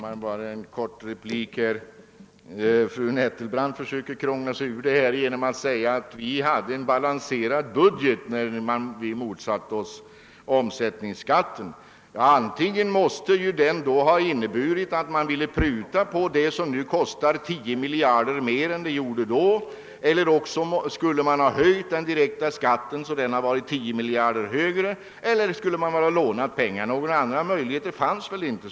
Herr talman! Bara en kort replik. Fru Nettelbrandt försöker krångla sig ur sitt dilemma genom att säga att vi hade en balanserad budget när man motsatte sig omsättningsskatten. Ja, detta skulle ha inneburit att man hade velat pruta på det som nu kostar 10 miljarder kronor mer än det då gjorde, att man ville höja den direkta skatten med 10 miljarder eller att man skulle ha velat låna dessa pengar. Några andra möjligheter fanns inte.